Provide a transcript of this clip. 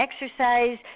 exercise